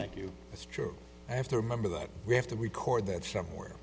you it's true i have to remember that we have to record that somewhere